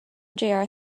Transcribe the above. mjr